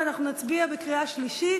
אנחנו נצביע בקריאה שלישית.